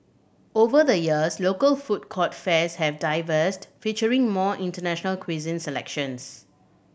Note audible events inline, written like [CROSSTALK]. over the years local food court fares have [UNINTELLIGIBLE] featuring more international cuisine selections